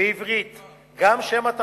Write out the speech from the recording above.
בעברית גם שם התכשיר,